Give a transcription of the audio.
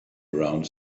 around